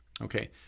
okay